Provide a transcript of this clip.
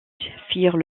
firent